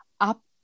up